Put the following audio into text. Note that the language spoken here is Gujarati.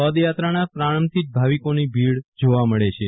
પદયાત્રાનો પ્રારંભ થી જ ભાવિકોની ભીડ જોવા મળે છે